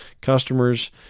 customers